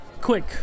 quick